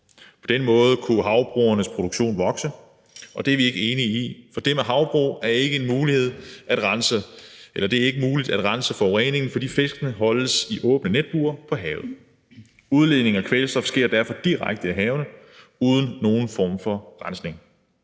På den måde kunne havbrugenes produktion vokse, og det er vi ikke enige i, for det er med havbrug ikke muligt at rense forureningen, fordi fiskene holdes i åbne netbure på havet. Udledningen af kvælstof sker derfor direkte i havene uden nogen form for rensning.